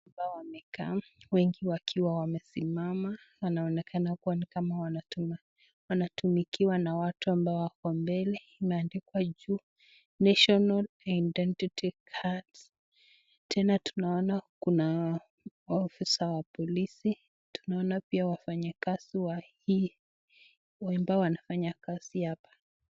Hapa wamekaa wengi wakiwa wamesimama, wanaonekana kama ni kama wanatumikiwa na watu ambao wako mbele, imeandikwa juu national identity cards tena tunaona kuna ofisa wa polisi, tuaona pia wafanyikazi wa hii, huenda wanafanya kazi hapa.